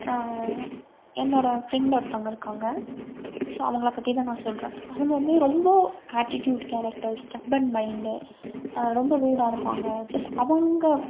என்னோட ஃப்ரெண்டு ஒருத்தவங்க இருக்காங்க ஸோ அவங்களை பற்றி தான் நான் சொல்கிறேன் அவங்க வந்து ரொம்ப ஆட்டிட்யூட் கேரக்டர்ஸ் ஸ்டெப்பன் மைண்டு ரொம்ப ரூடாக இருப்பாங்க ஜஸ்ட் அவங்க